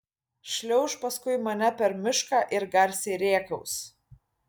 šliauš paskui mane per mišką ir garsiai rėkaus